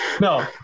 No